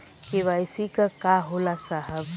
KYC का होला साहब?